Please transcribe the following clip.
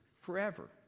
forever